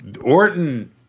Orton